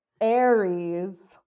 Aries